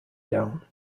down